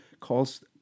calls